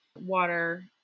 water